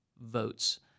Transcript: votes